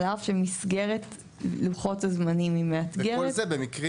על אף שמסגרת לוחות הזמנים היא מאתגרת --- וכל זה במסגרת מקרים